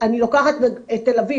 אני לוקחת את ת"א,